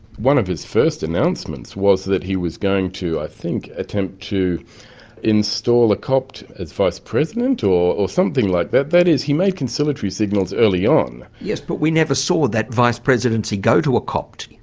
one of its first announcements was that he was going to, i think, attempt to install a copt as vice-president or or something like that that is, he made conciliatory signals early on. yes, but we never saw that vice-presidency go to a copt.